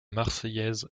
marseillaise